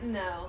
no